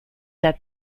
that